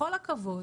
בכל הכבוד,